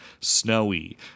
snowy